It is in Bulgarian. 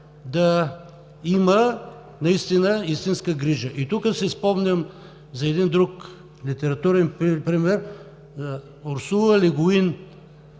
да има истинска грижа. Тук си спомням за един друг литературен пример. Урсула Ле Гуин